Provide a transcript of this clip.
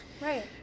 right